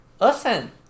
Listen